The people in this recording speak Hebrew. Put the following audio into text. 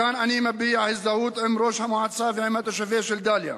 מכאן אני מביע הזדהות עם ראש המועצה ועם התושבים של דאליה.